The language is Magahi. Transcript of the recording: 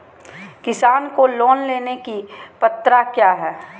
किसान को लोन लेने की पत्रा क्या है?